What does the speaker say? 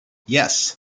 yes